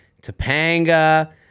Topanga